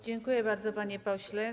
Dziękuję bardzo, panie pośle.